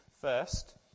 First